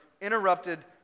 interrupted